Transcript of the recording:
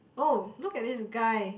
oh look at this guy